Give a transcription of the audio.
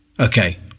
Okay